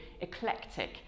eclectic